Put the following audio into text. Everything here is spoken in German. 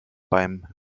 beim